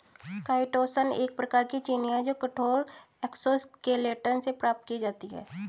chitosan एक प्रकार की चीनी है जो कठोर एक्सोस्केलेटन से प्राप्त की जाती है